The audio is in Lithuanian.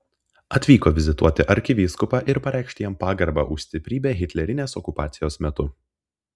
atvyko vizituoti arkivyskupą ir pareikšti jam pagarbą už stiprybę hitlerinės okupacijos metu